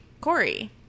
Corey